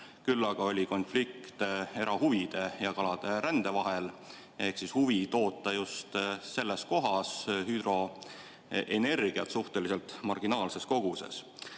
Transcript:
Küll aga oli konflikte erahuvide ja kalade rände vahel ehk oli huvi toota just selles kohas hüdroenergiat suhteliselt marginaalses koguses.